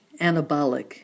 anabolic